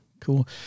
Cool